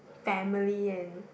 family and